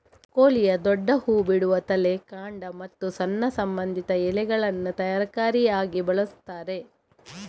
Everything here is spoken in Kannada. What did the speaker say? ಬ್ರೊಕೊಲಿಯ ದೊಡ್ಡ ಹೂ ಬಿಡುವ ತಲೆ, ಕಾಂಡ ಮತ್ತು ಸಣ್ಣ ಸಂಬಂಧಿತ ಎಲೆಗಳನ್ನ ತರಕಾರಿಯಾಗಿ ಬಳಸ್ತಾರೆ